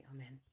Amen